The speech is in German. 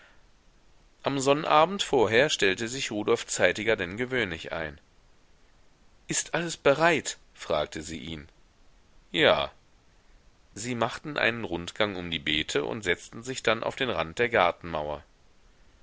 am sonnabend vorher stellte sich rudolf zeitiger denn gewöhnlich ein ist alles bereit fragte sie ihn ja sie machten einen rundgang um die beete und setzten sich dann auf den rand der gartenmauer